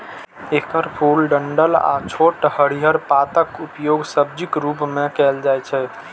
एकर फूल, डंठल आ छोट हरियर पातक उपयोग सब्जीक रूप मे कैल जाइ छै